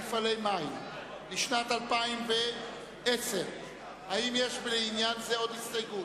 אני במפעלי מים לשנת 2010. האם לעניין זה יש עוד הסתייגות?